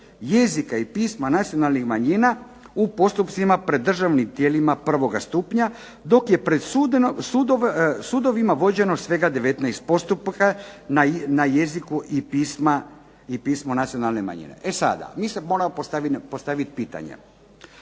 jezika i pisma nacionalnih manjina u postupcima pred državnim tijelima prvoga stupnja, dok je pred sudovima vođeno svega 19 postupaka na jeziku i pismu nacionalne manjine. E sada, mi sad moramo postavit pitanja.